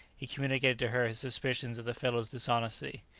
he communicated to her his suspicions of the fellow's dishonesty.